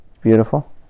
Beautiful